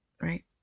right